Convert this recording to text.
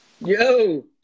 Yo